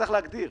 צריך להגדיר.